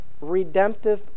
redemptive